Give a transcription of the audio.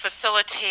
facilitate